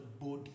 body